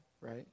right